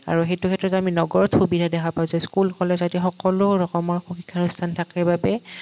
আৰু সেইটো সেইটো আমি নগৰত সুবিধা দেখা পাইছোঁ স্কুল কলেজ আদি সকলো ৰকমৰ শিক্ষানুষ্ঠান থাকে বাবে